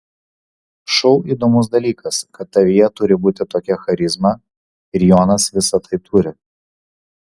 šou įdomus dalykas kad tavyje turi būti tokia charizma ir jonas visą tai turi